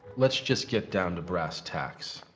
let's just get down to brass tacks.